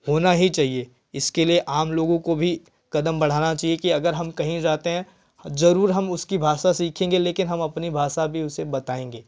होना ही चाहिए इसके लिए आम लोगों को भी कदम बढ़ानाचाहिएचहिए कि अगर हम कहीं जाते हैं ज़रूर हम उसकी भाषा सीखेंगे लेकिन हम अपनी भाषा भी उसे बताएँगे